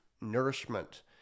nourishment